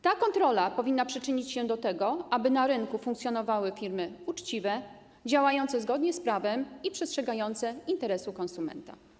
Ta kontrola powinna przyczynić się do tego, aby na rynku funkcjonowały firmy uczciwe, działające zgodnie z prawem i przestrzegające interesu konsumenta.